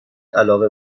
علاقه